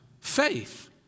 faith